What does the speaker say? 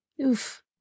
Oof